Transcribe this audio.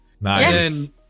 Nice